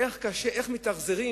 איך מתאכזרים,